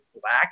black